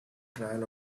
trail